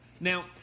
Now